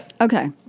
Okay